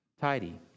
tidy